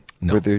no